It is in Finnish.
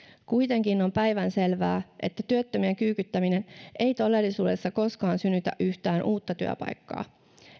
kuitenkin on päivänselvää että työttömien kyykyttäminen ei todellisuudessa koskaan synnytä yhtään uutta työpaikkaa